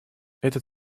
этот